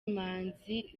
imanzi